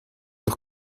doch